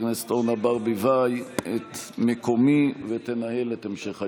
הכנסת אורנה ברביבאי את מקומי ותנהל את המשך הישיבה.